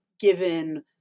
given